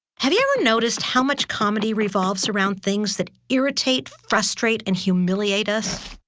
have you ever noticed how much comedy revolves around things that irritate, frustrate, and humiliate us?